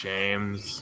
James